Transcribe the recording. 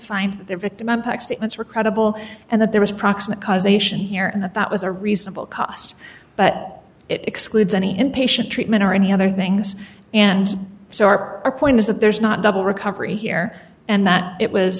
find the victim impact statements were credible and that there was proximate cause ation here and that that was a reasonable cost but it excludes any inpatient treatment or any other things and so our point is that there's not double recovery here and that it was